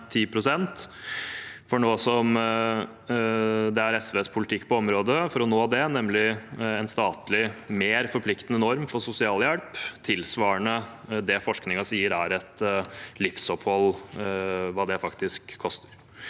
10 pst., for å nå det som er SVs politikk på området, nemlig en statlig mer forpliktende norm for sosialhjelp tilsvarende det forskningen sier et livsopphold faktisk koster.